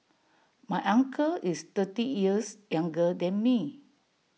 my uncle is thirty years younger than me